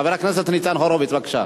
חבר הכנסת ניצן הורוביץ, בבקשה.